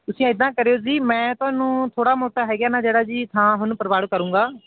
ਤੁਸੀਂ ਇੱਦਾਂ ਕਰਿਓ ਜੀ ਮੈਂ ਤੁਹਾਨੂੰ ਥੋੜ੍ਹਾ ਮੋਟਾ ਹੈਗਾ ਨਾ ਜਿਹੜਾ ਜੀ ਥਾਂ ਤੁਹਾਨੂੰ ਪਰਵਾਨ ਕਰੂੰਗਾ